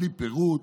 בלי פירוט,